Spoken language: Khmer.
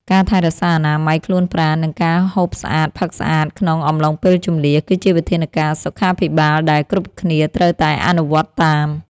ការថែរក្សាអនាម័យខ្លួនប្រាណ និងការហូបស្អាតផឹកស្អាតក្នុងអំឡុងពេលជម្លៀស គឺជាវិធានការសុខាភិបាលដែលគ្រប់គ្នាត្រូវតែអនុវត្តតាម។